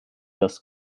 das